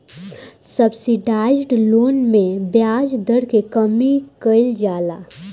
subsidised loan में ब्याज दर के कमी कइल जाला